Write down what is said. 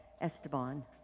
Esteban